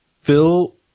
phil